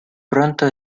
pronto